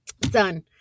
done